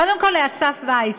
קודם כול לאסף וייס,